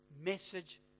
message